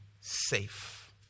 safe